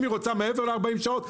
אם היא רוצה מעבר ל-40 שעות,